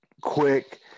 quick